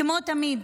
כמו תמיד: